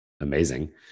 amazing